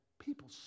People